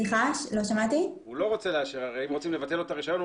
הרי אם רוצים לבטל לו את הרישיון,